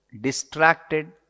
distracted